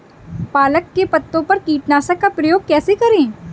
पालक के पत्तों पर कीटनाशक का प्रयोग कैसे करें?